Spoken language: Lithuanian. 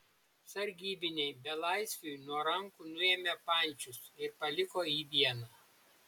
sargybiniai belaisviui nuo rankų nuėmė pančius ir paliko jį vieną